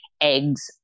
eggs